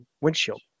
windshield